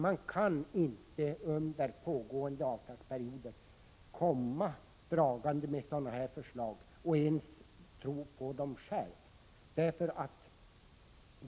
Man kan inte under pågående avtalsperiod komma med sådana här förslag och ens tro på dem själv.